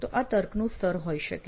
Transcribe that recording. તો આ તર્કનું સ્તર હોય શકે